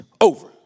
over